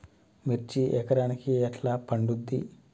మిర్చి ఎకరానికి ఎట్లా పండుద్ధి?